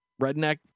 redneck